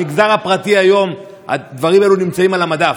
במגזר הפרטי היום הדברים האלה נמצאים על המדף.